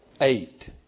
Eight